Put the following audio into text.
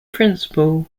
principle